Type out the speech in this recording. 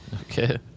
Okay